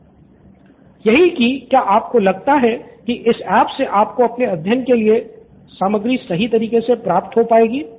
student 1 यही कि क्या आपको लगता है कि इस ऐप से आपको अपने अध्ययन के लिए सामग्री सही तरीके से प्राप्त हो पाएगी